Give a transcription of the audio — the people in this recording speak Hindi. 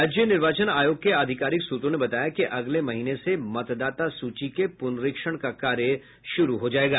राज्य निर्वाचन आयोग के आधिकारिक सूत्रों ने बताया कि अगले महीने से मतदाता सूची के पुनरीक्षण का कार्य शुरू हो जायेगा